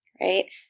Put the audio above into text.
right